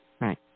Right